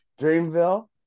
Dreamville